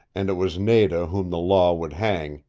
and it was nada whom the law would hang,